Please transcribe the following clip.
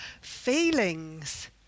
feelings